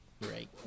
right